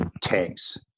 tanks